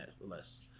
less